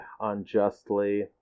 unjustly